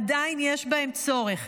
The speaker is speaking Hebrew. עדיין יש בהם צורך,